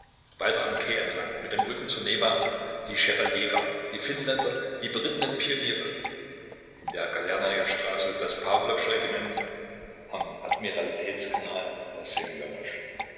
am quai entlang mit dem rücken zur newa die chevaliergarden die finnländer die berittenen pioniere in der galernaja straße das pawlowsche regiment am admiralitätskanal